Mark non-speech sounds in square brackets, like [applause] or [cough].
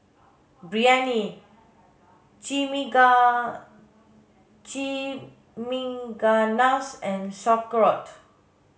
Biryani [unintelligible] Chimichangas and Sauerkraut